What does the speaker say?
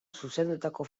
zuzendutako